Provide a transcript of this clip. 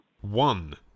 One